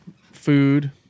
Food